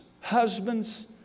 Husbands